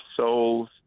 souls